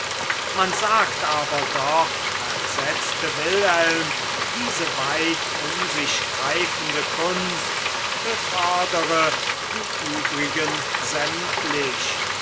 man sagt aber doch versetzte wilhelm diese weit um sich greifende kunst befördere die übrigen sämtlich